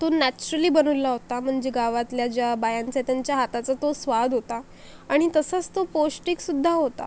तो नॅचरली बनवलेला होता म्हणजे गावातल्या ज्या बायांचाय त्यांच्या हाताचा तो स्वाद होता आणि तसंच तो पौष्टिकसुद्धा होता